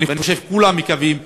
ואני חושב שכולם מקווים,